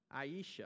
Aisha